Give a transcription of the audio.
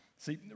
See